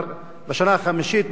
ובשנה החמישית,